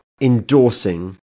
endorsing